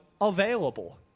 available